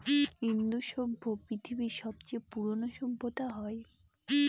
ইন্দু সভ্য পৃথিবীর সবচেয়ে পুরোনো সভ্যতা হয়